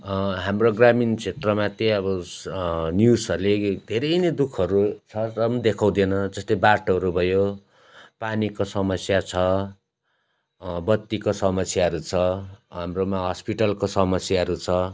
हाम्रो ग्रामीण क्षेत्रमा त्यही अब न्युजहरूले धेरै नै दुःखहरू छ र पनि देखाउँदैन जस्तै बाटोहरू भयो पानीको समस्या छ बत्तीको समस्याहरू छ हाम्रोमा हस्पिटलको समस्याहरू छ